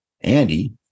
Andy